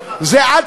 אני אסביר לך אחר כך.